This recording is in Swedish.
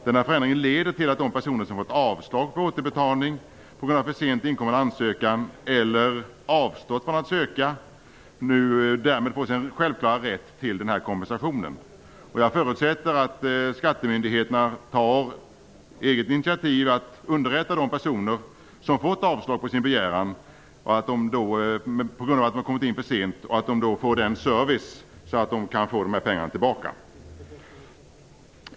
Denna förändring leder till att de personer som har fått avslag på återbetalning på grund av för sent inkommen ansökan eller som avstått från att söka därmed får sin självklara rätt till den här kompensationen. Jag förutsätter att skattemyndigheterna tar egna initiativ till att underrätta de personer som fått avslag på sin begäran på grund av att den kommit in för sent och att de får den service som gör att de kan få de här pengarna tillbaka.